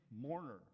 mourner